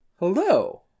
Hello